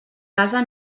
casa